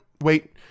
wait